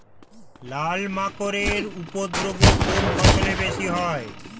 লাল মাকড় এর উপদ্রব কোন ফসলে বেশি হয়?